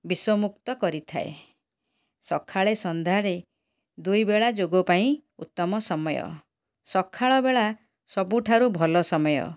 ବିଷମୁକ୍ତ କରିଥାଏ ସଖାଳେ ସନ୍ଧ୍ୟାରେ ଦୁଇବେଳା ଯୋଗ ପାଇଁ ଉତ୍ତମ ସମୟ ସଖାଳ ବେଳା ସବୁଠାରୁ ଭଲ ସମୟ